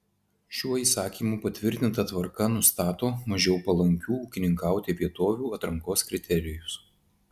šiuo įsakymu patvirtinta tvarka nustato mažiau palankių ūkininkauti vietovių atrankos kriterijus